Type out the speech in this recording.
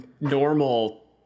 normal